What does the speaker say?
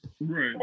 Right